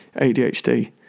adhd